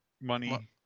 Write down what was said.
money